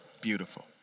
beautiful